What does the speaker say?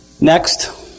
Next